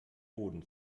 boden